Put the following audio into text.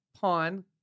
pawn